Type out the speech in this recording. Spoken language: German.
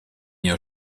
jahr